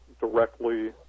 directly